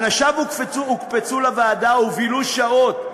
אנשיו הוקפצו לוועדה ובילו שעות.